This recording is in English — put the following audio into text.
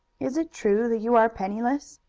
is it true that you are penniless?